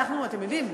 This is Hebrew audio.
אתם יודעים,